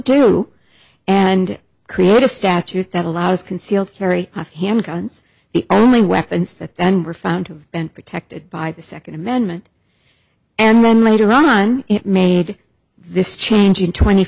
do and create a statute that allows concealed carry of handguns the only weapons that then were found to have been protected by the second amendment and then later on it made this change in twenty